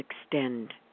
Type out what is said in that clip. extend